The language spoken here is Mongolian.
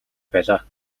байлаа